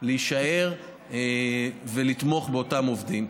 להישאר ולתמוך באותם עובדים.